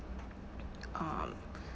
um